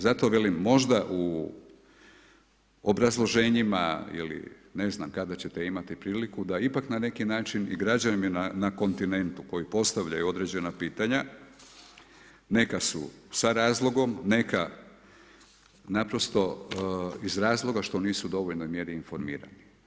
Zato velim, možda u obrazloženjima ili ne znam kada ćete imati priliku da ipak na neki način i građani na kontinentu koji postavljaju određena pitanja, neka su sa razlogom, neka naprosto iz razloga što nisu u dovoljnoj mjeri informirani.